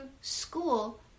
school